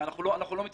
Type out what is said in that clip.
אנחנו לא מתייחסים.